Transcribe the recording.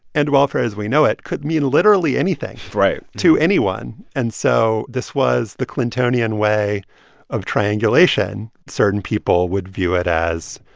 end welfare as we know it could mean literally anything. right. to anyone. and so this was the clintonian way of triangulation. certain people would view it as,